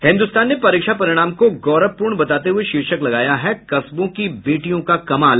हिन्दुस्तान ने परीक्ष परिणाम को गौरवपूर्ण बताते हुये शीर्षक लगाया है कस्बों की बेटियों का कमाल